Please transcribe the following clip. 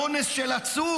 כן, גם אונס של עצור,